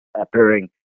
appearing